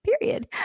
period